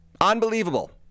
Unbelievable